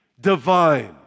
divine